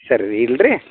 ಸರಿ ರೀ ಇಡ್ಲ ರೀ